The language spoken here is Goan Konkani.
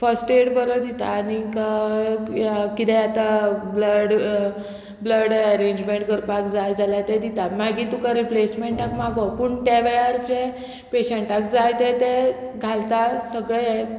फर्स्ट एड बरो दिता आनीक किदें आतां ब्लड ब्लड एरेंजमेंट करपाक जाय जाल्यार तें दिता मागीर तुका रिप्लेसमेंटाक मागो पूण त्या वेळार जें पेशंटाक जाय तें ते घालता सगळे हें